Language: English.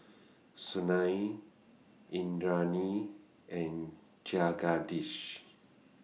Sunil Indranee and Jagadish